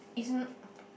isn't